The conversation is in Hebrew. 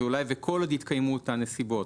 זה אולי וכל עוד יתקיימו אותן נסיבות,